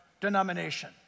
denomination